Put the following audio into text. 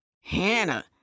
Hannah